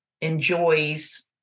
enjoys